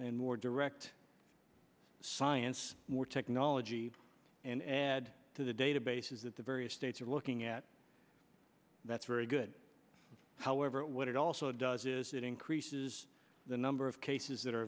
and more direct science more technology and add to the databases that the various states are looking at that's very good however what it also does is it increases the number of case that are